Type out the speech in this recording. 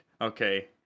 Okay